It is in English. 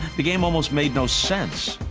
the game almost made no sense.